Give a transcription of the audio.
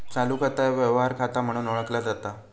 चालू खाता ह्या व्यवहार खाता म्हणून ओळखला जाता